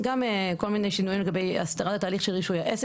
גם כל מיני שינויים לגבי הסדרה של תהליך רישוי העסק,